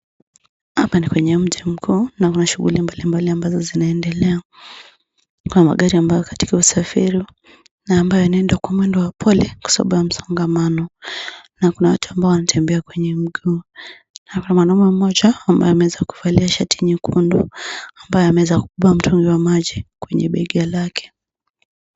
Apa ni kwenye mji mkuu na kuna shughuli mbalimbali ambazo zinaendelea. Yapo magari ambayo yapo kwa usafiri na ambayo inaenda kwa mwendo wa pole kwa sababu ya msongamano na kuna watu ambao wanatembea kwenye mji mkuu. Apa mwanaume mmoja ameweza kuvalia sharti nyekundu ambaye ameweza kubeba mtungi wa maji kwenye bega lake.